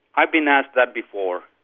i've been asked that before.